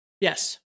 Yes